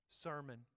sermon